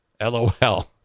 LOL